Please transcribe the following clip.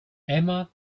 emma